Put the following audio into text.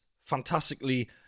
fantastically